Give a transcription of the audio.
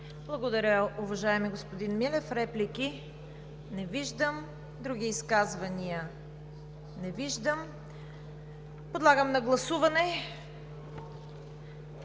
Благодаря, уважаеми господин Милев. Реплики? Не виждам. Други изказвания? Не виждам. Подлагам на първо гласуване